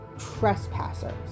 trespassers